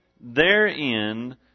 therein